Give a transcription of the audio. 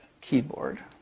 keyboard